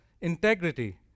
integrity